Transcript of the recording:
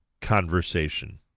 conversation